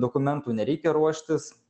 dokumentų nereikia ruoštis